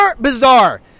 bizarre